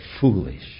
foolish